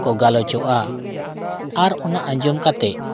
ᱠᱚ ᱜᱟᱞᱚᱪᱚᱜᱼᱟ ᱟᱨ ᱚᱱᱟ ᱟᱸᱡᱚᱢ ᱠᱟᱛᱮᱫ